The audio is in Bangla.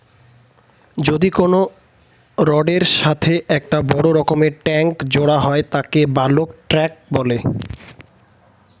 যদি কোনো রডের এর সাথে একটা বড় রকমের ট্যাংক জোড়া হয় তাকে বালক ট্যাঁক বলে